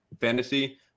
Fantasy